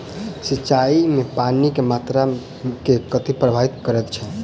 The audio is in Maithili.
सिंचाई मे पानि केँ मात्रा केँ कथी प्रभावित करैत छै?